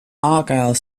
argyle